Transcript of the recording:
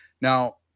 Now